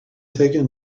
taken